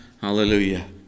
Hallelujah